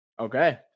Okay